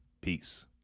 Peace